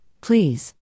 please